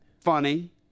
funny